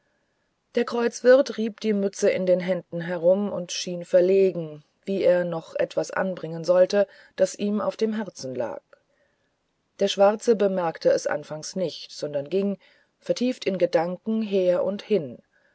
der kreuzwirt rieb die mütze in den händen herum und schien verlegen wie er noch etwas anbringen sollte das ihm auf dem herzen lag der schwarze bemerkte es anfangs nicht sondern ging vertieft in gedanken her und hin